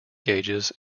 gauges